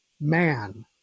man